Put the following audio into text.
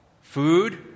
Food